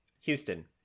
Houston